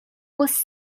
was